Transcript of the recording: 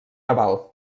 naval